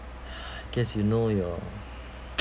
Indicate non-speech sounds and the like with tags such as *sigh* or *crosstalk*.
*breath* guess you know your *noise*